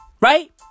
Right